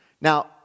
Now